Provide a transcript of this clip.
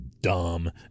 dumb